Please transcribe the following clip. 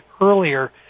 earlier